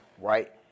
right